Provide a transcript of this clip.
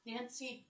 Nancy